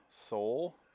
soul